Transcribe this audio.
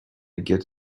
get